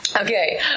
Okay